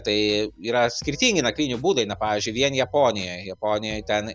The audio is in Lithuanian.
tai yra skirtingi nakvynių būdai na pavyžiui vien japonijoj japonijoj ten